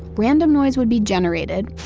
random noise would be generated,